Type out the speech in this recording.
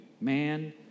man